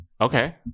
Okay